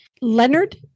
Leonard